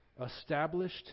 established